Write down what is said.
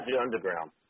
Underground